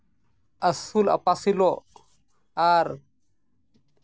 ᱟᱹᱥᱩᱞ ᱟᱯᱟᱥᱩᱞᱚᱜ ᱟᱨ